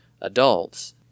adults